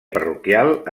parroquial